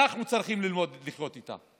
אנחנו צריכים ללמוד לחיות איתה.